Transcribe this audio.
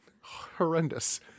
Horrendous